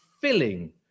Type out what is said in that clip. filling